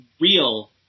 real